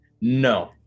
No